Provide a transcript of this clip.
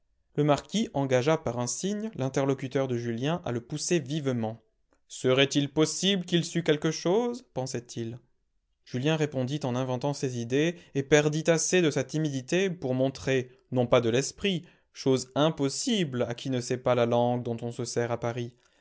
le marquis engagea par un signe l'interlocuteur de julien à le pousser vivement serait-il possible qu'il sût quelque chose pensait-il julien répondit en inventant ses idées et perdit assez de sa timidité pour montrer non pas de l'esprit chose impossible à qui ne sait pas a langue dont on se sert à paris